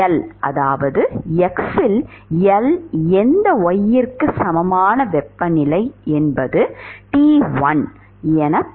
L அதாவது x இல் L எந்த y க்கும் சமமான வெப்பநிலை T1